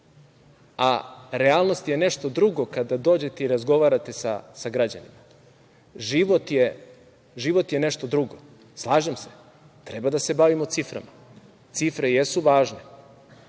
a realnost je nešto drugo, kada dođete i razgovarate sa građanima. Život je nešto drugo. Slažem se, treba da se bavimo ciframa. Cifre jesu važne.